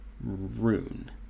Rune